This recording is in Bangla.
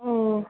ও